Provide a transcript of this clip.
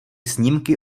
snímky